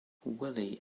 willy